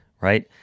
Right